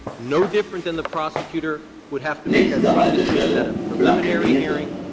no different than the prosecutor would have to make that same decision at a preliminary hearing,